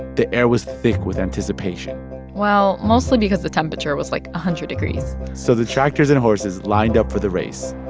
the air was thick with anticipation well, mostly because the temperature was, like, one ah hundred degrees so the tractors and horses lined up for the race